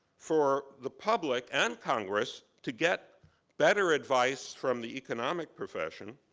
for the public and congress to get better advice from the economic profession.